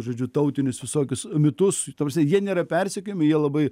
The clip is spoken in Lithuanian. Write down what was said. žodžiu tautinius visokius mitus ta prasme jie nėra persekiojami jie labai